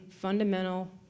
fundamental